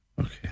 okay